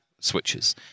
switches